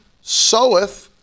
soweth